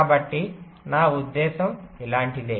కాబట్టి నా ఉద్దేశ్యం ఇలాంటిదే